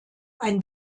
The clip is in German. ein